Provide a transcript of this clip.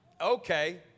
okay